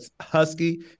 Husky